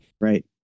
Right